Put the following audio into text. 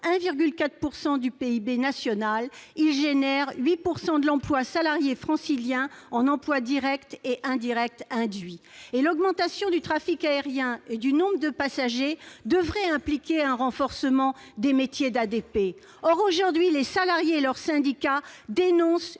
1,4 % du PIB national et 8 % de l'emploi salarié francilien, emplois directs et induits confondus. L'augmentation du trafic aérien et du nombre de passagers devrait impliquer un renforcement des métiers d'ADP. Or, aujourd'hui, les salariés et leurs syndicats dénoncent